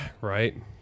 Right